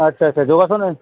আচ্ছা আছা যোগাসনে